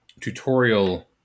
tutorial